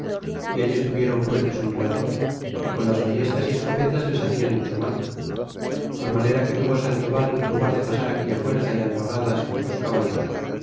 y allí estuvieron fuertes un rato y ron las vallestas y escopetas les hacian mucho mal por manera que tuvo sandoval lugar de pasar aquella fuerza é albarradas con los caballos